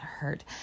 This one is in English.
hurt